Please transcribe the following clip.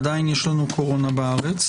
עדיין יש לנו קורונה בארץ,